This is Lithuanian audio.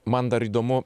man dar įdomu